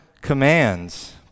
commands